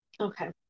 Okay